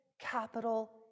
capital